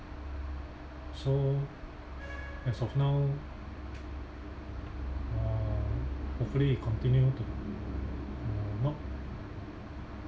so as of now uh hopefully it continue to uh not